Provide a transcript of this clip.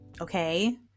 okay